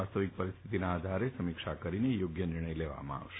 વાસ્તવિક પરિસ્થિતિના આધારે સમીક્ષા કરીને યોગ્ય નિર્ણય લેવામાં આવશે